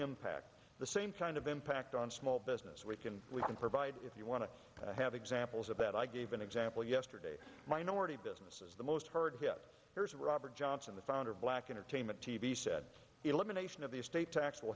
impact the same kind of impact on small business we can we can provide if you want to have examples of that i gave an example yesterday minority business is the most hard hit areas of robert johnson the founder of black entertainment t v said elimination of the estate tax will